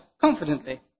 confidently